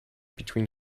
between